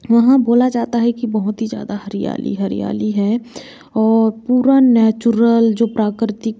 वहाँ बोला जाता है कि बहुत ही ज़्यादा हरियाली हरियाली है और पूरा नेचुरल जो प्राकृतिक